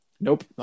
Nope